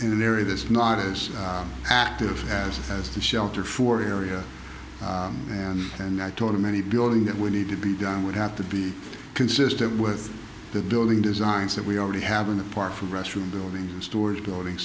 in an area that's not as active as it has to shelter for area and and i told him any building that would need to be done would have to be consistent with the building designs that we already have in the park for restroom building and storage building